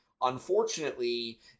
unfortunately